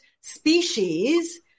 species